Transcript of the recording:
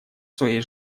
своей